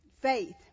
faith